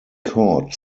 court